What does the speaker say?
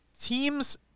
teams